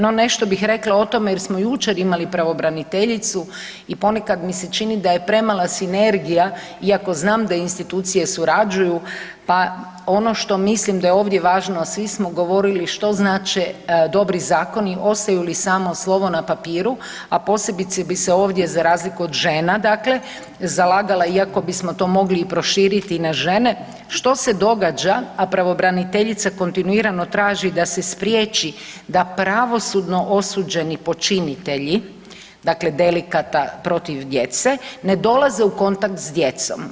No, nešto bih rekla o tome jer smo jučer imali pravobraniteljicu i ponekad mi se čini da je premala sinergija iako znam da institucije surađuju, pa ono što mislim da je ovdje važno, a svi smo govorili što znače dobri zakoni, ostaju li samo slovo na papiru, a posebice se ovdje za razliku od žena dakle zalagala iako bismo to mogli proširiti i na žene što se događa, a pravobraniteljica kontinuirano traži da se spriječi da pravosudno osuđeni počinitelji dakle delikata protiv djece ne dolaze u kontakt s djecom.